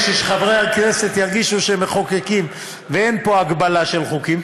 כדי שחברי הכנסת ירגישו שהם מחוקקים ואין פה הגבלה של חוקים,